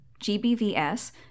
GBVS